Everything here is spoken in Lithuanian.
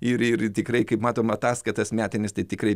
ir ir tikrai kaip matom ataskaitas metinis tai tikrai